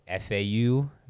FAU